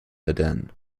aden